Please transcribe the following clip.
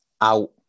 out